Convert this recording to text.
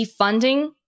defunding